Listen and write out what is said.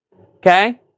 Okay